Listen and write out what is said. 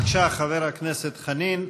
בבקשה, חבר הכנסת חנין.